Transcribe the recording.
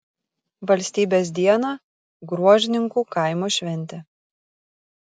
valstybės dieną gruožninkų kaimo šventė